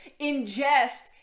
ingest